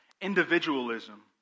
Individualism